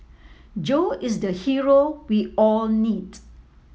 Joe is the hero we all need